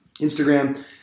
Instagram